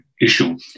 issue